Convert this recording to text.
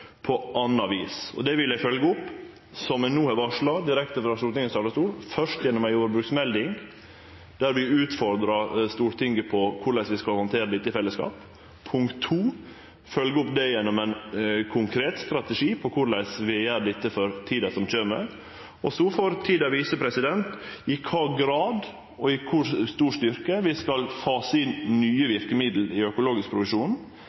på anna vis. Det vil eg følgje opp, som eg no har varsla direkte frå Stortingets talarstol, først gjennom ei jordbruksmelding der vi utfordrar Stortinget på korleis vi skal handtere dette i fellesskap. Punkt 2 er å følgje opp det gjennom ein konkret strategi på korleis vi gjer dette for tida som kjem. Så får tida vise i kva grad og kor sterkt vi skal fase inn nye